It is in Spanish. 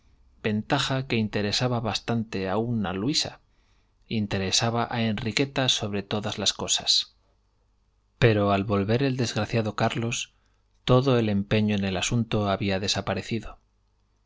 ventaja que interesaba bastante aun a luisa interesaba a enriqueta sobre todas las cosas pero al volver el desgraciado carlos todo el empeño en el asunto había desaparecido